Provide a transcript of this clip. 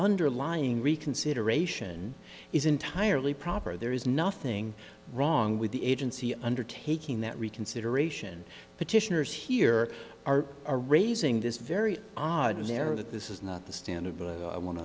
underlying reconsideration is entirely proper there is nothing wrong with the agency undertaking that reconsideration petitioners here are a raising this very odd there that this is not the standard but i want to